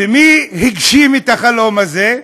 ומי הגשים את החלום הזה?